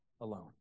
alone